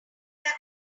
that